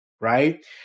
right